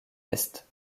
est